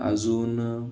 अजून